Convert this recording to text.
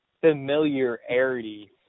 familiarity